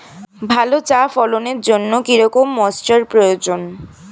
ভালো চা ফলনের জন্য কেরম ময়স্চার প্রয়োজন?